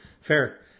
Fair